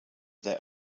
there